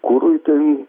kurui ten